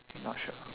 not sure